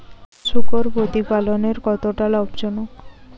শূকর প্রতিপালনের কতটা লাভজনক?